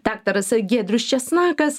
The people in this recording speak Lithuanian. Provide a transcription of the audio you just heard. daktaras giedrius česnakas